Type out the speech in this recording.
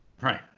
Right